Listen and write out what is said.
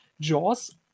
Jaws